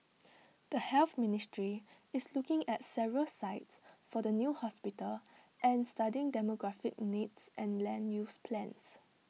the health ministry is looking at several sites for the new hospital and studying demographic needs and land use plans